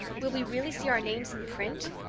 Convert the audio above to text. will we really see our names in print?